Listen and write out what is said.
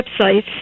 websites